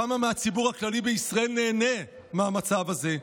כמה מהציבור הכללי בישראל נהנה מהמצב הזה?